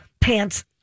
pants